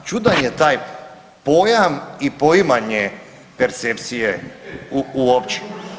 Da, čudan je taj pojam i poimanje percepcije uopće.